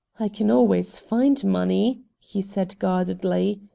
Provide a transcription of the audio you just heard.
i can always find money, he said guardedly.